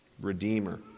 Redeemer